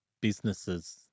businesses